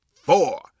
four